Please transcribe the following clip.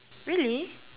really